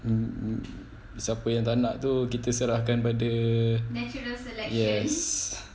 mm mm siapa yang tak nak tu kita serahkan kepada yes